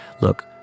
Look